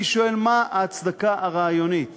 אני שואל: מה ההצדקה הרעיונית